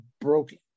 broken